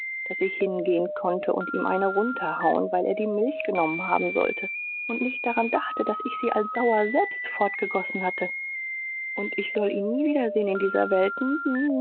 daß ich hingehen konnte und ihm eine runterhauen weil er die milch genommen haben sollte und nicht daran dachte daß ich sie als sauer selbst fortgegossen hatte und ich soll ihn nie wiedersehen in dieser welt